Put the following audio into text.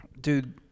dude